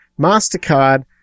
MasterCard